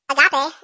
Agape